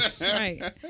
Right